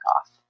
off